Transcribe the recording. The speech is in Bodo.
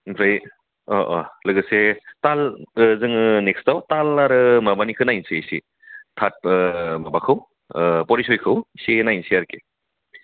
ओमफ्राय अह अह लोगोसे थालबो जोङो नेक्सटाव थाल आरो माबानिखौ नायनोसै एसे थाट माबाखौ परिसयखौ एसे नायनोसै आरोखि